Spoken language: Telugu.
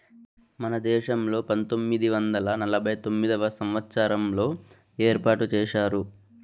మన దేశంలో పంతొమ్మిది వందల నలభై తొమ్మిదవ సంవచ్చారంలో ఏర్పాటు చేశారు